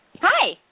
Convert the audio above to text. Hi